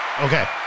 Okay